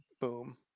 Boom